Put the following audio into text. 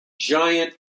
giant